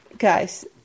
Guys